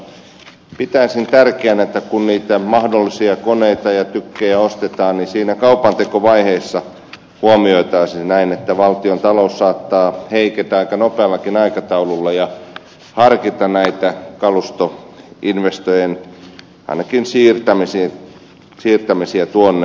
mutta pitäisin tärkeänä että kun niitä mahdollisia koneita ja tykkejä ostetaan niin siinä kaupantekovaiheessa huomioitaisiin että valtiontalous saattaa heiketä aika nopeallakin aikataululla ja harkitaan näitä kalustoinvestointien ainakin siirtämisiä tuonnemmaksi